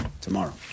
tomorrow